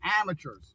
amateurs